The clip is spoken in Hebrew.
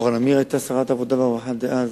אורה נמיר היתה שרת העבודה והרווחה דאז.